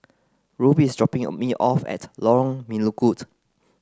Ruby is dropping me off at Lorong Melukut